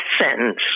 sentence